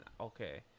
okay